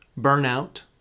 burnout